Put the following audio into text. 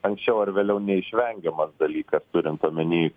anksčiau ar vėliau neišvengiamas dalykas turint omeny